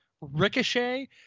ricochet